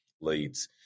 Leads